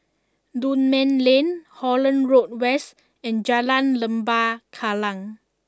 Dunman Lane Holland Road West and Jalan Lembah Kallang